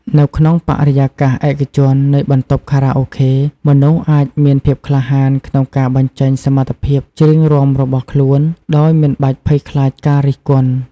នៅក្នុងបរិយាកាសឯកជននៃបន្ទប់ខារ៉ាអូខេ មនុស្សអាចមានភាពក្លាហានក្នុងការបញ្ចេញសមត្ថភាពច្រៀងរាំរបស់ខ្លួន ដោយមិនបាច់ភ័យខ្លាចការរិះគន់។